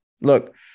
look